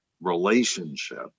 relationship